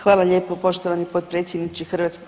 Hvala lijepo poštovani potpredsjedniče HS.